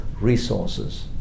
resources